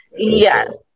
Yes